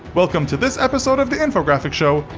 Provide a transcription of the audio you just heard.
welcome to this episode of the infographics show,